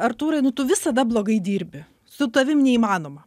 artūrai nu tu visada blogai dirbi su tavim neįmanoma